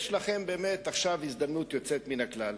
יש לכם באמת עכשיו הזדמנות יוצאת מהכלל,